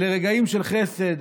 אלה רגעים של חסד,